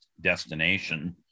destination